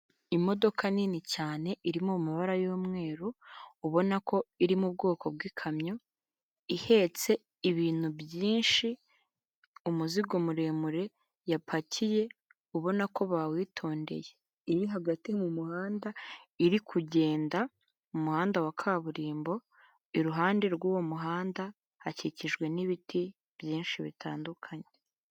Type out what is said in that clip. Imodoka nini cyane iri mu mabara y'umweru ubona ko iri mu bwoko bw'ikamyo, ihetse ibintu byinshi umuzigo muremure yapakiye ubona ko bawitondeye. Iri hagati mu muhanda iri kugenda mu muhanda wa kaburimbo iruhande rw'uwo muhanda hakikijwe n'ibiti byinshi bitandukanye.